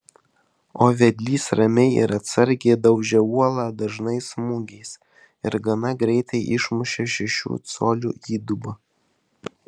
o vedlys ramiai ir atsargiai daužė uolą dažnais smūgiais ir gana greitai išmušė šešių colių įdubą